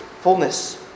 fullness